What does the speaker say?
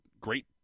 great